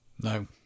no